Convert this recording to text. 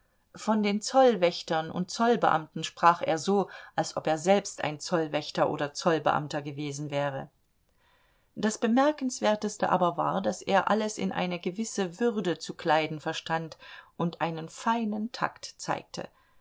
von den zollwächtern und zollbeamten sprach er so als ob er selbst ein zollwächter oder zollbeamter gewesen wäre das bemerkenswerteste war aber daß er alles in eine gewisse würde zu kleiden verstand und einen feinen takt zeigte